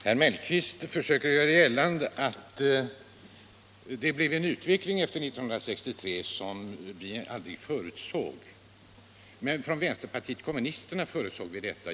Herr talman! Herr Mellqvist försökte göra gällande att det blev en utveckling efter 1963 som vi aldrig kunde förutse. Men vänsterpartiet kommunisterna gjorde det.